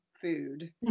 food